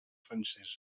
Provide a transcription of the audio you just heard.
francesa